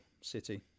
City